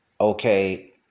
okay